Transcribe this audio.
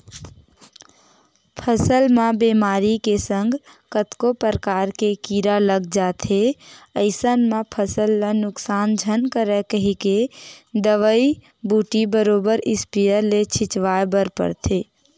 फसल म बेमारी के संग कतको परकार के कीरा लग जाथे अइसन म फसल ल नुकसान झन करय कहिके दवई बूटी बरोबर इस्पेयर ले छिचवाय बर परथे